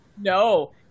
No